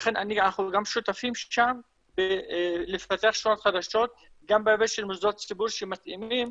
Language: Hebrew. אנחנו גם שותפים שם לפתח שכונות חדשות גם בהיבט של מוסדות ציבור שמתאימים